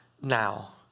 now